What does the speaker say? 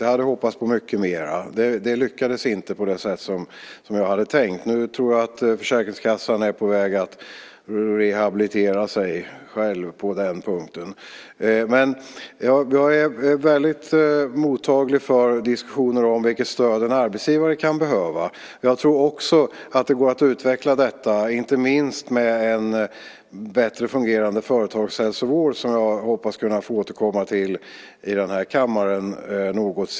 Jag hade hoppats på mycket mer. Det lyckades inte på det sätt jag hade tänkt. Nu tror jag att Försäkringskassan är på väg att rehabilitera sig själv på den punkten. Jag är väldigt mottaglig för diskussioner om vilket stöd en arbetsgivare kan behöva. Jag tror också att det går att utveckla detta, inte minst med en bättre fungerande företagshälsovård - något som jag något senare hoppas kunna få återkomma till här i kammaren.